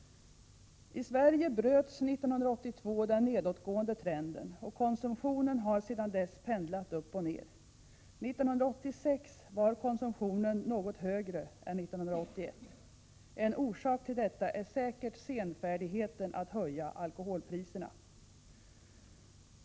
I Sverige bröts år 1982 den nedåtgående trenden, och konsumtionen har sedan dess pendlat upp och ner. År 1986 var konsumtionen något högre än år 1981. En orsak till detta är säkert senfärdigheten med att höja alkoholpriserna.